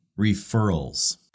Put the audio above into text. referrals